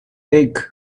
peg